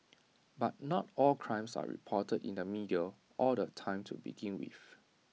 but not all crimes are reported in the media all the time to begin with